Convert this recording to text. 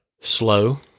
slow